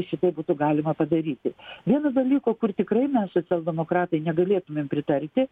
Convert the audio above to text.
šitaip būtų galima padaryti vieno dalyko kur tikrai na socialdemokratai negalėtumėm pritarti